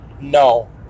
No